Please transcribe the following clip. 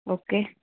okay